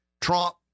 Trump